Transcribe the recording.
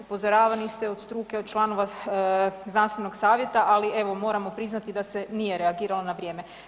Upozoravani ste od struke, od članova znanstvenog savjeta, ali evo, moramo priznati da se nije reagiralo na vrijeme.